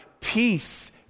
Peace